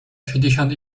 sześćdziesiąt